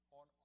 on